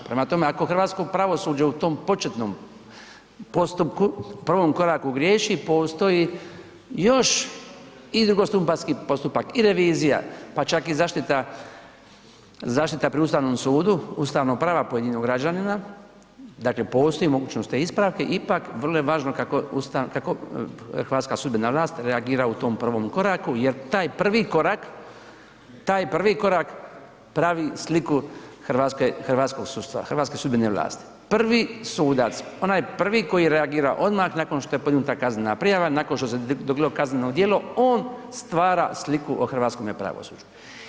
Prema tome ako hrvatsko pravosuđe u tom početnom postupku, prvom koraku griješi postoji još i drugostupanjski postupak i revizija, pa čak i zaštita pri Ustavnom sudu, ustavna prava pojedinog građanima, dakle postoji mogućnost te ispravke, ipak vrlo je važno kako hrvatska sudbena vlast reagira u tom prvom koraku jer taj prvi korak, taj prvi korak pravi sliku hrvatske sudbene vlasti, prvi sudac, onaj prvi koji reagira odmah nakon što je podignuta kaznena prijava, nakon što se dogodilo kazneno djelo on stvara sliku o hrvatskome pravosuđu.